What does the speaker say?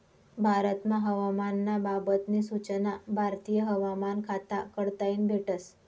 भारतमा हवामान ना बाबत नी सूचना भारतीय हवामान खाता कडताईन भेटस